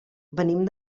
venim